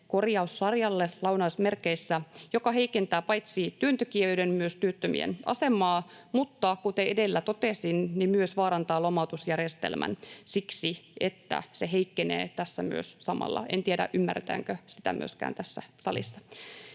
”korjaussarjalle”, joka heikentää paitsi työntekijöiden myös työttömien asemaa, mutta kuten edellä totesin, myös vaarantaa lomautusjärjestelmän, siksi että se heikkenee tässä myös samalla. En tiedä, ymmärretäänkö sitä myöskään tässä salissa.